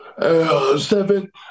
seven